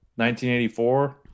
1984